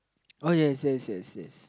uh yes yes yes yes